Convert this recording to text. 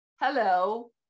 hello